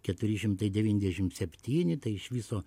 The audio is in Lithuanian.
keturi šimtai devyniasdešimt septyni tai iš viso